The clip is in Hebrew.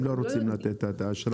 לא יודעים --- הם לא רוצים לתת את האשראי.